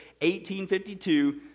1852